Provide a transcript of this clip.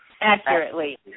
accurately